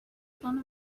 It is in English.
phone